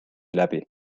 läbi